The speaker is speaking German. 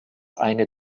eine